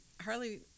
Harley